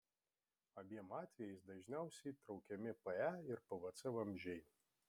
abiem atvejais dažniausiai traukiami pe ir pvc vamzdžiai